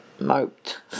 moped